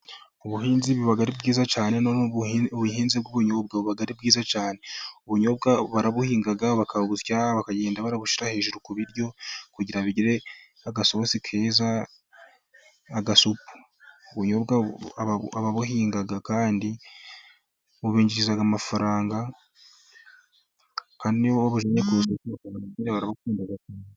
Ubuhinzi buba ari bwiza cyane, ubuhinzi bw'ubunyobwo ni bwiza cyane. Ubunyobwa barabuhinga bakabusua bakagenda barabushyira hejuru ku biryo bugira agasosi keza. Ababuhinga kandi bubinjiriza amafaranga.